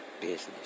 business